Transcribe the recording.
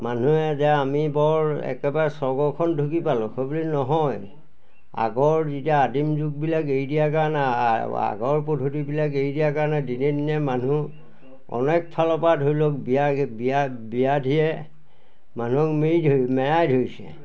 মানুহে যে আমি বৰ একেবাৰে স্বৰ্গখন ঢুকি পালোঁ বুলি নহয় আগৰ যেতিয়া আদিম যুগবিলাক এৰি দিয়াৰ কাৰণে আগৰ পদ্ধতিবিলাক এৰি দিয়াৰ কাৰণে দিনে দিনে মানুহ অনেক ফালৰপৰা ধৰি লওক বিয়া বিয়া ব্যাধিয়ে মানুহক মেৰি ধৰি মেৰাই ধৰিছে